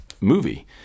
movie